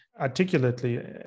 articulately